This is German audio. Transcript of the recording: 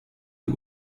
die